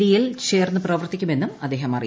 ഡിയിൽ ചേർന്ന് പ്രവർത്തിക്കുമെന്നും അദ്ദേഹം അറിയിച്ചു